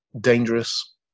dangerous